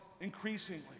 increasingly